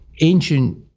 Ancient